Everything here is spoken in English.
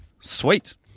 Sweet